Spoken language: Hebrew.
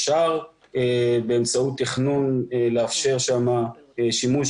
אפשר באמצעות תכנון לאפשר שם שימוש